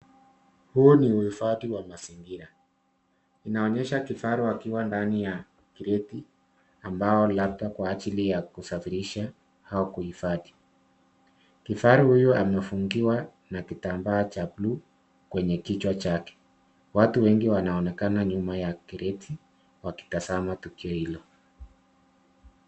Huu ni uhifadhi wa mazingira, inaonyesha kifaru akiwa ndani ya kreti ambao labda kwa ajili ya kusafirisha au kuhifadhi. Kifaru huyu amefungiwa na kitambaa cha blue kwenye kichwa chake, watu wengi wanaonekana nyuma ya kreti wakitazama tukio hilo.